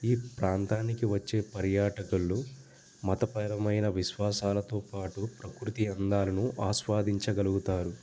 ఈ ప్రాంతానికి వచ్చే పర్యాటకులు మతపరమైన విశ్వాసాలతో పాటు ప్రకృతి అందాలను ఆస్వాదించగలుగుతారు